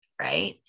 right